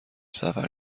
سفر